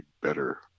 better